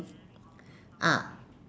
ah